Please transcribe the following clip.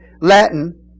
Latin